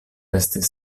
estis